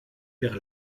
perd